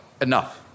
enough